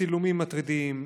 צילומים מטרידים,